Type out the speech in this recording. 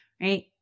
right